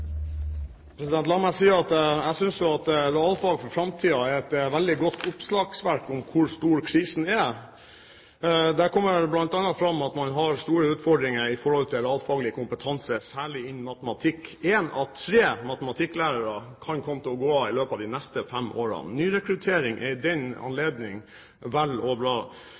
et veldig godt oppslagsverk om hvor stor krisen er. Der kommer det bl.a. fram at man har store utfordringer når det gjelder realfaglig kompetanse, særlig innen matematikk. En av tre matematikklærere kan komme til å gå av i løpet av de neste fem årene. Nyrekruttering er i den anledning vel og